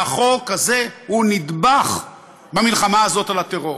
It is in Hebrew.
והחוק הזה הוא נדבך במלחמה הזאת על הטרור.